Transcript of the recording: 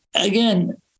Again